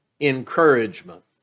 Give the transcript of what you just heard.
encouragement